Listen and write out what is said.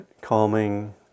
calming